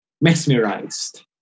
mesmerized